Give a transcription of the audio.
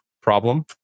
problem